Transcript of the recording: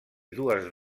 dues